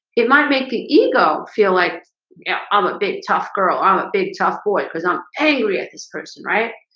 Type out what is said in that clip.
it might make the ego feel like yeah i'm a big tough girl i'm a big tough boy because i'm angry at this person. right?